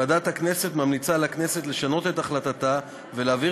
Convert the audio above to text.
ועדת הכנסת ממליצה לכנסת לשנות את החלטתה ולהעביר